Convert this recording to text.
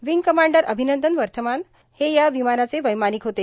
wing commander Abhinandan Varthaman हा या विमानाचा वैमानिक होता